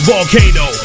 Volcano